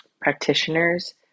practitioners